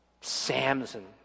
Samson